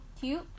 cute